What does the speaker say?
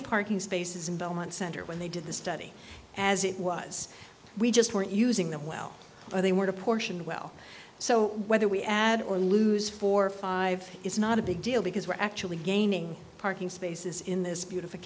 of parking spaces in belmont center when they did the study as it was we just weren't using them well they were the portion well so whether we add or lose four or five it's not a big deal because we're actually gaining parking spaces in this beautif